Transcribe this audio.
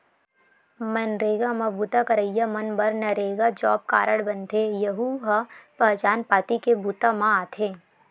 मनरेगा म बूता करइया मन बर नरेगा जॉब कारड बनथे, यहूं ह पहचान पाती के बूता म आथे